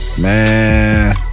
Man